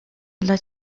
dla